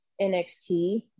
NXT